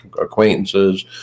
acquaintances